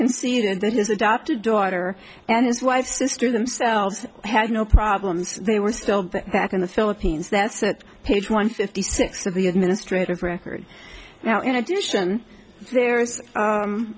conceded that his adopted daughter and his wife's sister themselves had no problems they were still back in the philippines that's it page one fifty six of the administrative record now in addition there